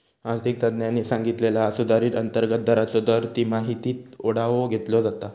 आर्थिक तज्ञांनी सांगितला हा सुधारित अंतर्गत दराचो दर तिमाहीत आढावो घेतलो जाता